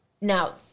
Now